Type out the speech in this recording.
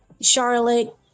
Charlotte